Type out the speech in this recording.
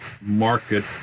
market